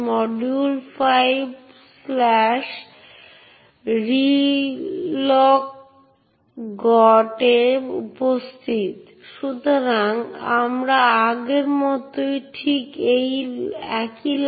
সুতরাং Unix login প্রক্রিয়া দিয়ে শুরু করা যাক সিস্টেমের জন্য লগইন প্রক্রিয়াটি বুট করার সময় শুরু হয় এবং এটি সুপার ইউজারের সুবিধার সাথে চলে